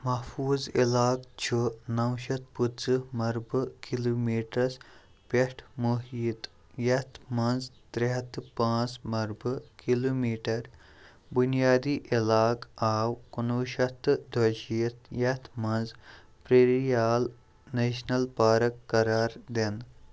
محفوظ علاقہٕ چھُ نَو شٮ۪تھ پٕنٛژٕہ مربعہٕ کِلومیٹرَس پٮ۪ٹھ محیط یتھ منٛز ترٛےٚ ہَتھ تہٕ پانٛژھ مربعہٕ کِلومیٹر بنیٲدی علاقہٕ آو کُنہٕ وُہ شٮ۪تھ تہٕ دوٚیہِ شِیٖتھ یَتھ منٛز پیرِیال نیشنل پارک قرار دِنہٕ